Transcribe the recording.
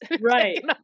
right